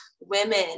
women